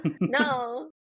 no